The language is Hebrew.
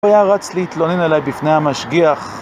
הוא היה רץ להתלונן עליי בפני המשגיח